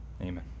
Amen